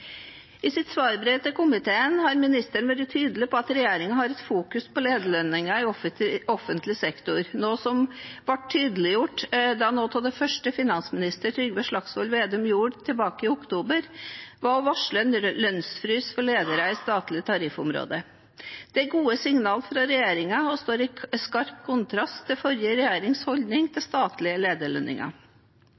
I sitt svarbrev til komiteen har ministeren vært tydelig på at regjeringen fokuserer på lederlønninger i offentlig sektor, noe som ble tydeliggjort ved at noe av det første finansminister Trygve Slagsvold Vedum gjorde tilbake i oktober, var å varsle lønnsfrys for ledere i det statlige tariffområdet. Det er gode signaler fra regjeringen og står i skarp kontrast til den forrige regjeringens holdning til